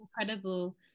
incredible